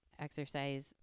exercise